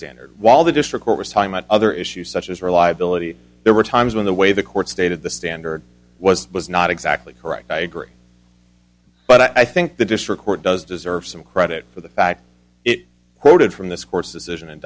standard while the district court was time on other issues such as reliability there were times when the way the court stated the standard was was not exactly correct i agree but i think the district court does deserve some credit for the fact it quoted from this court's decision